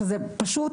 שזה פשוט,